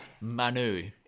Manu